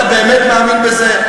אתה באמת מאמין בזה?